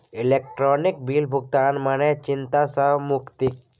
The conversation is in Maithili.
इलेक्ट्रॉनिक बिल भुगतान मने चिंता सँ मुक्ति